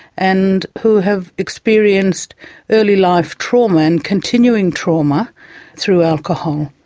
and who have experienced early life trauma and continuing trauma through alcohol.